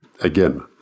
Again